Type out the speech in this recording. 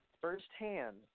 firsthand